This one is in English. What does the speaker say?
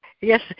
yes